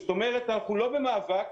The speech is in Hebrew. זאת אומרת אנחנו לא במאבק,